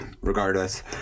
regardless